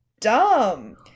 dumb